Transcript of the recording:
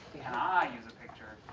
ah use picture?